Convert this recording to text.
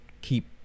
keep